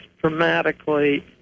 dramatically